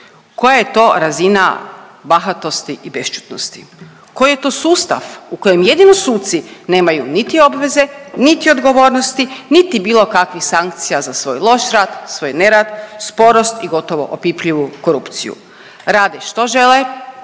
Koja je to razina bahatosti i bešćutnosti, koji je to sustav u kojem jedino suci nemaju niti obveze niti odgovornosti niti bilo kakvih sankcija za svoj loš rad, svoj nerad, sporost i gotovo opipljivu korupciju. Rade što žele,